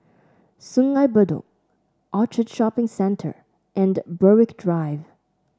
Sungei Bedok Orchard Shopping Centre and Berwick Drive